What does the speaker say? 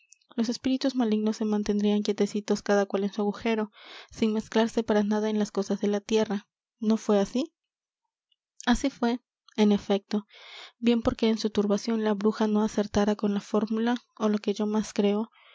los espíritus malignos se mantendrían quietecitos cada cual en su agujero sin mezclarse para nada en las cosas de la tierra no fué así así fué en efecto bien porque en su turbación la bruja no acertara con la fórmula ó lo que yo más creo